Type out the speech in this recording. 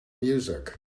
music